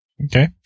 Okay